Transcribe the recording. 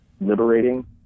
liberating